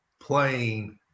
playing